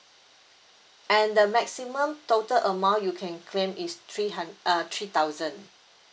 and the maximum total amount you can claim is three hund~ uh three thousand